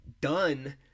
done